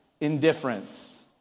indifference